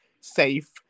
safe